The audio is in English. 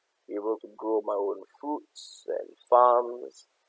able to grow my own foods and farms